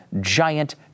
giant